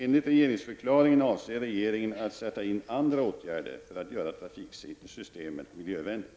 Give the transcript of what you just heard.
Enligt regeringsförklaringen avser regeringen att sätta in andra åtgärder för att göra trafiksystemet miljövänligt.